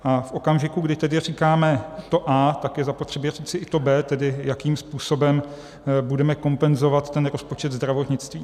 A v okamžiku, kdy tedy říkáme to A, tak je zapotřebí říci i to B, tedy jakým způsobem budeme kompenzovat rozpočet zdravotnictví.